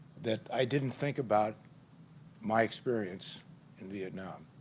that i didn't think about my experience in vietnam.